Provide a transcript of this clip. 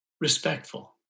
respectful